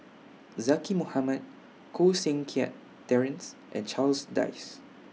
Zaqy Mohamad Koh Seng Kiat Terence and Charles Dyce